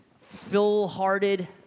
full-hearted